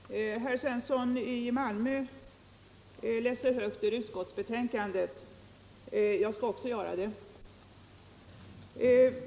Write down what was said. Herr talman! Herr Svensson i Malmö läste högt ur civilutskottets betänkande nr 1, och också jag skall göra det.